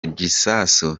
gisasu